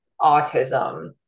autism